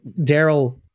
Daryl